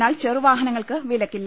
എന്നാൽ ചെറു വാഹനങ്ങൾക്ക് വിലക്കില്ല